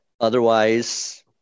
Otherwise